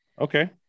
Okay